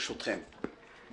ברשותכם,